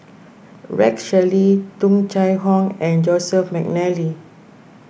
Rex Shelley Tung Chye Hong and Joseph McNally